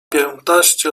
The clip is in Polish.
piętnaście